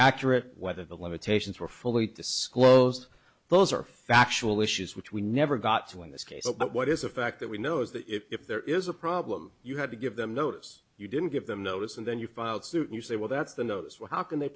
accurate whether the limitations were fully disclosed those are factual issues which we never got to in this case but what is a fact that we know is that if there is a problem you had to give them notice you didn't give them notice and then you filed suit you say well that's the knows well how can they